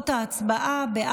הצבעה.